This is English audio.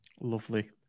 Lovely